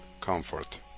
comfort